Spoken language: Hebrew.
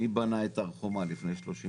מי בנה את הר חומה לפני 30 שנה?